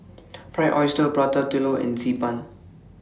Fried Oyster Prata Telur and Xi Ban